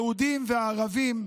יהודים וערבים,